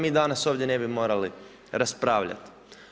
Mi danas ovdje ne bi morali raspravljati.